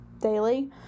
daily